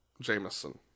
Jameson